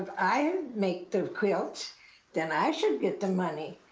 i make the quilts then i should get the money.